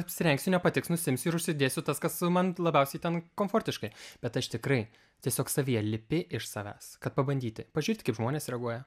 apsirengsiu nepatiks nusiimsiu ir užsidėsiu tas kas man labiausiai ten komfortiškai bet aš tikrai tiesiog savyje lipi iš savęs kad pabandyti pažiūrėti kaip žmonės reaguoja